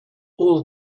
all